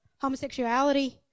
Homosexuality